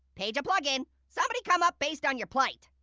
page a plugin. somebody come up based on your plight.